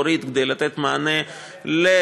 להוריד כדי לתת מענה לקשישים,